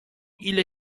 ile